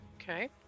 Okay